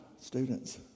students